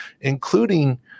including